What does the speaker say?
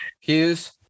Hughes